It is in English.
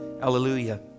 Hallelujah